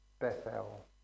Bethel